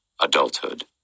adulthood